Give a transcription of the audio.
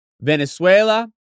Venezuela